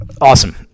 Awesome